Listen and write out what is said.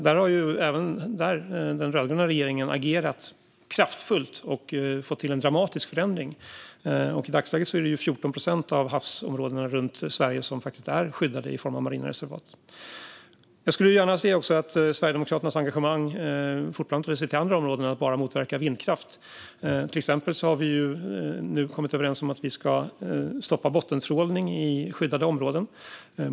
Där har den rödgröna regeringen agerat kraftfullt och fått till en dramatisk förändring. I dagsläget är det 14 procent av havsområdena runt Sverige som är skyddade i form av marina reservat. Jag skulle gärna se att Sverigedemokraternas engagemang fortplantade sig till andra områden än att bara handla om att motverka vindkraft. Till exempel har vi nu kommit överens om att vi ska stoppa bottentrålning i skyddade områden.